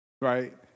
Right